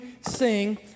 sing